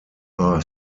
are